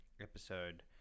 episode